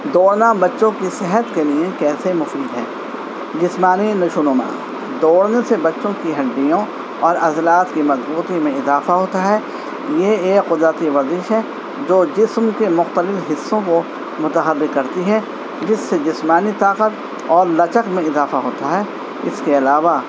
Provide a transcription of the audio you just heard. دوڑنا بچوں کی صحت کے لیے کیسے مفید ہے جسمانی نشو و نما دوڑنے سے بچوں کی ہڈیوں اور عضلات کی مضبوطی میں اضافہ ہوتا ہے یہ ایک قدرتی ورزش ہے جو جسم کے مختلف حصوں کو متحرک کرتی ہے جس سے جسمانی طاقت اور لچک میں اضافہ ہوتا ہے اس کے علاوہ